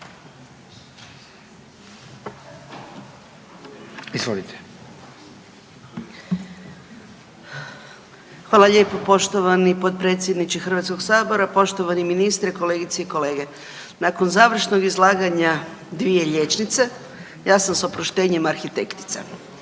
(GLAS)** Hvala lijepo poštovani potpredsjedniče HS-a, poštovani ministre, kolegice i kolege. Nakon završnog izlaganja dvije liječnice, ja sam, s oproštenjem, arhitektica.